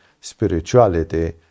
spirituality